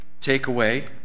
takeaway